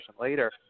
later